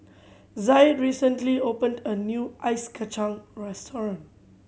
Zaid recently opened a new ice kacang restaurant